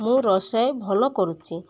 ମୁଁ ରୋଷେଇ ଭଲ କରୁଛି